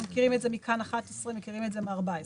מכירים את זה מ"כאן 11", מכירים את זה מערוץ 14,